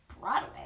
Broadway